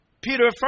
Peter